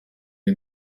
are